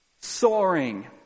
Soaring